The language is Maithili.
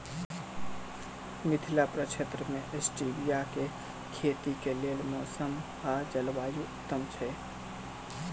मिथिला प्रक्षेत्र मे स्टीबिया केँ खेतीक लेल मौसम आ जलवायु उत्तम छै?